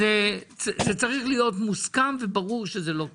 זה צריך להיות מוסכם וברור שזה לא קורה.